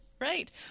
Right